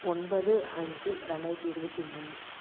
ஒன்பது அஞ்சு ரெண்டாயிரத்தி இருபத்தி மூணு